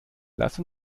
lass